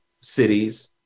cities